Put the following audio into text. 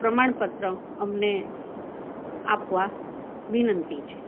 પ્રમાણપત્ર અમને આપવા વિનંતી છે